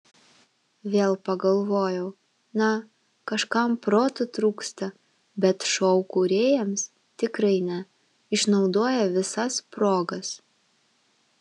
vėl pagalvojau na kažkam proto trūksta bet šou kūrėjams tikrai ne išnaudoja visas progas